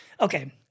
Okay